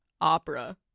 opera